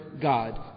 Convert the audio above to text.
God